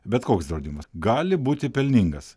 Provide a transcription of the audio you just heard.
bet koks draudimas gali būti pelningas